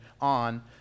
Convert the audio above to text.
on